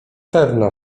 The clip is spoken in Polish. pewno